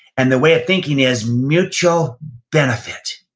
and the way of thinking is mutual benefit,